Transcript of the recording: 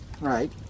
Right